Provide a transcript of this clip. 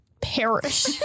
perish